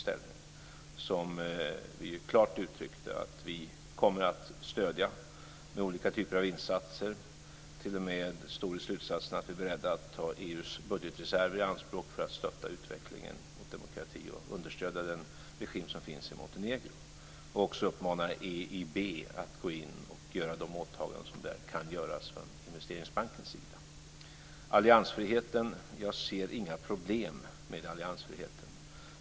Där har vi klart uttryckt att vi kommer att stödja Montenegro med olika typer av insatser. T.o.m. står det i slutsatserna att vi är beredda att ta EU:s budgetreserver i anspråk för att stötta utvecklingen mot demokrati och understödja den regim som finns i Montenegro och också uppmana EIB att gå in och göra de åtaganden som kan göras från Investeringsbankens sida. Alliansfriheten ser jag inga problem med.